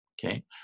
Okay